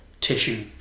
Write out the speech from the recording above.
tissue